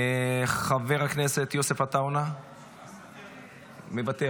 חבר הכנסת יוסף עטאונה, מוותר.